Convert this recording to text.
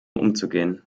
umzugehen